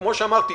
וכמו שאמרתי,